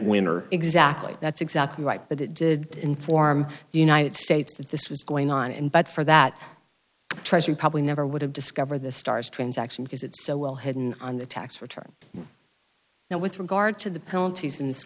winner exactly that's exactly right but it did inform the united states that this was going on and but for that treasury probably never would have discovered the stars transaction because it's so well hidden on the tax returns now with regard to the penalties in this